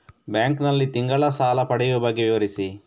Bank ನಲ್ಲಿ ತಿಂಗಳ ಸಾಲ ಪಡೆಯುವ ಬಗ್ಗೆ ವಿವರಿಸಿ?